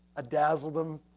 dazzled them,